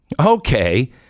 okay